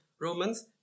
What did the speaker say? Romans